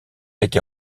été